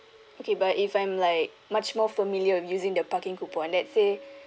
okay but if I'm like much more familiar of using the parking coupon let's say